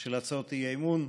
של הצעות האי-אמון.